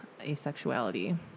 asexuality